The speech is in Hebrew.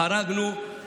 חרגנו,